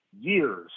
years